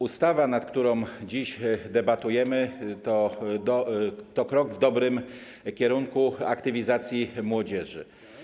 Ustawa, nad którą dziś debatujemy, to krok w dobrym kierunku - aktywizacji młodzieży.